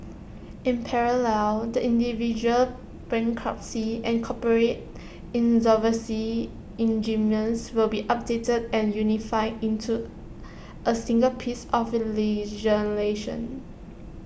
in parallel the individual bankruptcy and corporate insolvency regimes will be updated and unified into A single piece of legislation